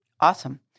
Awesome